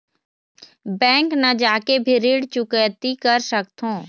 Bank न जाके भी ऋण चुकैती कर सकथों?